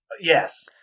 Yes